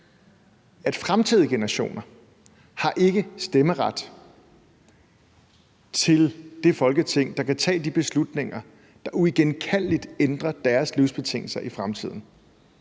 at fremtidige generationer ikke har stemmeret til det Folketing, der kan tage de beslutninger, der uigenkaldeligt ændrer deres livsbetingelser i fremtiden.